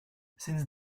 since